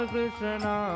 Krishna